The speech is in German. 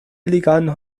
illegalen